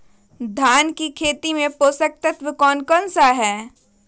धान की खेती में पोषक तत्व कौन कौन सा है?